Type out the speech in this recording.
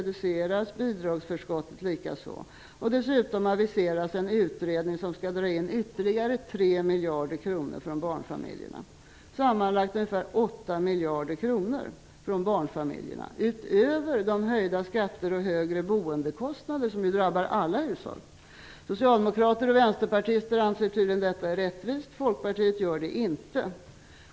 Dessutom aviseras en utredning som skall dra in ytterligare 3 miljarder kronor från barnfamiljerna. Sammanlagt handlar det om ungefär 8 miljarder kronor som skall tas från barnfamiljerna, utöver de höjda skatter och högre boendekostnader som ju drabbar alla hushåll. Socialdemokrater och vänsterpartister anser tydligen att detta är rättvist. Folkpartiet anser inte det.